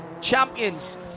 champions